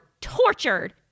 tortured